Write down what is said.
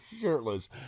shirtless